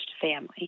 family